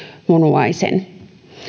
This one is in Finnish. munuaisen